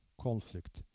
conflict